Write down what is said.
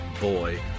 boy